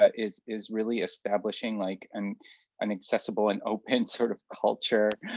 ah is is really establishing like an an accessible and open sort of culture